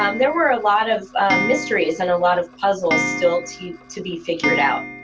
um there were a lot of mysteries and a lot of puzzles still to to be figured out.